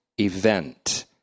event